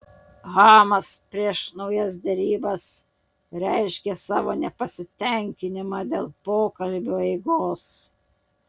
hamas prieš naujas derybas reiškė savo nepasitenkinimą dėl pokalbių eigos